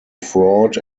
fraud